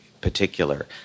particular